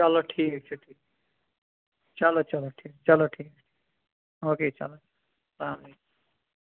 چلو ٹھیٖک چھُ ٹھیٖک چلو چلو ٹھیٖک چلو ٹھیٖک او کے چلو اسلامُ علیکم